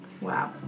Wow